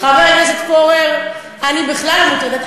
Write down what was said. חבר הכנסת פורר, אני בכלל לא מוטרדת.